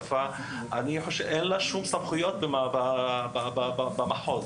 אין למחלקה הזו שום סמכויות בפעילות במחוז.